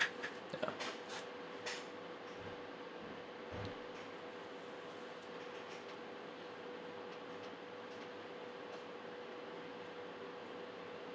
ya